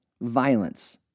violence